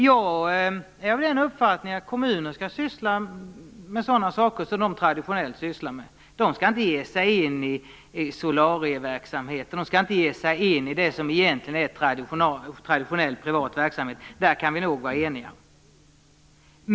Jag är av den uppfattningen att kommunerna skall syssla med sådana saker som de traditionellt sysslat med. De skall inte ge sig in i solarieverksamhet, de skall inte ge sig in i det som är traditionellt privat verksamhet. Där kan vi nog vara eniga.